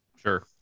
Sure